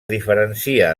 diferencia